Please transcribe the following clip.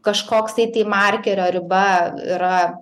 kažkoksai tai markerio riba yra